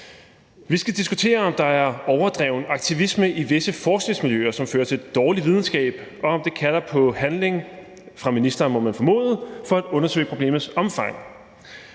Vi skal diskutere, om der er overdreven aktivisme i visse forskningsmiljøer, som fører til dårlig videnskab, og om det kalder på handling fra ministerens side, må man formode, for at undersøge problemets omfang.